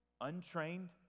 Untrained